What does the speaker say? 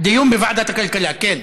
דיון בוועדת הכלכלה, כן.